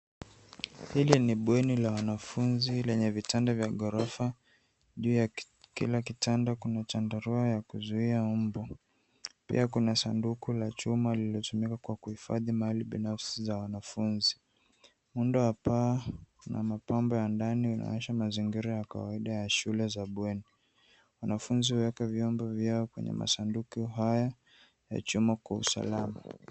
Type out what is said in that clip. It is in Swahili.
Hili ni bweni la wanafunzi lenye vitanda vya ghorofa. Juu ya kila kitanda kuna chandarua ya kuzuia mbu. Pia kuna sanduku la chuma lililotumika kwa kuhifadhi mahali binafsi za wanafunzi. Muundo wa paa na mapambo ya ndani inayoonesha mazingira ya kawaida ya shule za bweni. Wanafunzi huweka vyombo vyao kwenye masanduku haya ya chuma kwa usalama.